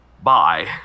Bye